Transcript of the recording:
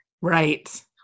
Right